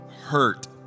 hurt